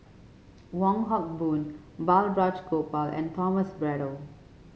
Wong Hock Boon Balraj Gopal and Thomas Braddell